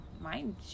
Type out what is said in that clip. mind